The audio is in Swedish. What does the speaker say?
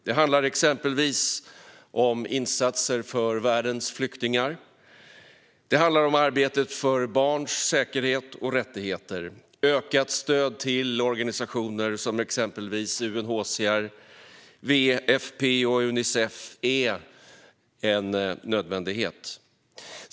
Det handlar exempelvis om insatser för världens flyktingar, och det handlar om arbetet för barns säkerhet och rättigheter. Ökat stöd till organisationer som exempelvis UNHCR, WFP och Unicef är en nödvändighet.